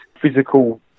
physical